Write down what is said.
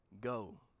Go